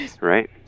Right